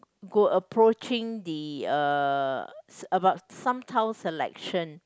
go approaching the uh about some town selection